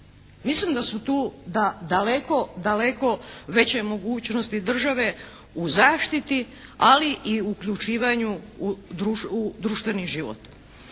Mislim da su tu da daleko veće mogućnosti države u zaštiti ali i u uključivanju u društveni život.